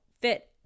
fit